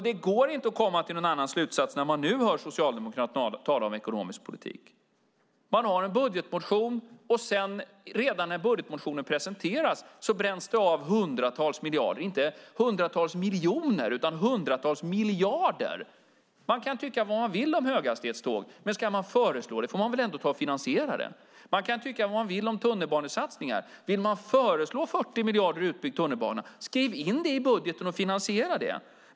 Det går inte att komma till någon annan slutsats, när man nu hör Socialdemokraterna tala om ekonomisk politik. Man har en budgetmotion, och redan när budgetmotionen presenteras bränns det av hundratals miljarder - inte hundratals miljoner utan hundratals miljarder. Man kan tycka vad man vill om höghastighetståg, men ska man föreslå det får man väl ändå finansiera det! Man kan tycka vad man vill om tunnelbanesatsningar, men vill man föreslå 40 miljarder i utbyggd tunnelbana, skriv då in det i budgeten och finansiera det!